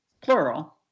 plural